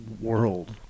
world